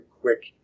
quick